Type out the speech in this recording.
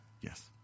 Yes